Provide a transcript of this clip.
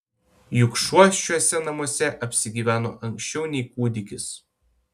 juk šuo šiuose namuose apsigyveno anksčiau nei kūdikis